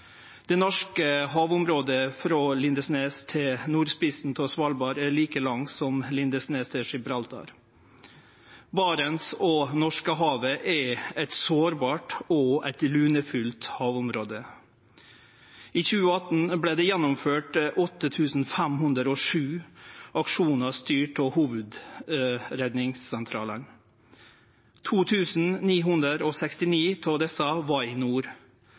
Det norske havområdet frå Lindesnes til nordspissen av Svalbard er like langt som frå Lindesnes til Gibraltar. Barentshavet og Norskehavet er eit sårbart og lunefullt havområde. I 2018 vart det gjennomført 8 507 aksjonar styrte av hovudredningssentralane. 2 969 av desse var i nord.